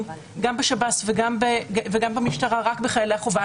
גם בשב"ס וגם במשטרה רק בחיילי החובה.